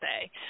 say